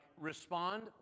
respond